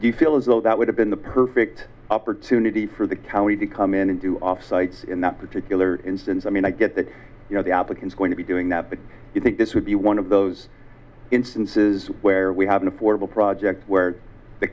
you feel as though that would have been the perfect opportunity for the county to come in and do offsite in that particular instance i mean i get that you know the applicants going to be doing that but i think this would be one of those instances where we have an affordable project where the